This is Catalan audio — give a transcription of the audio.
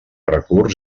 recurs